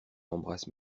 embrasse